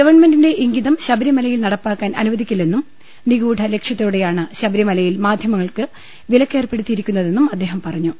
ഗവൺമെന്റിന്റെ ഇംഗിതം ശബരിമലയിൽ നടപ്പാക്കാൻ അനുവദിക്കില്ലെന്നും നിഗൂഢ ലക്ഷ്യത്തോടെയാണ് ശബരിമലയിൽ മാധ്യമങ്ങൾക്ക് പിലക്കേർപ്പെടുത്തിയി രിക്കുന്നതെന്നും അദ്ദേഹം പറഞ്ഞു